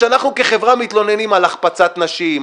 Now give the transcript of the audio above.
שאנחנו כחברה מתלוננים על החפצת נשים,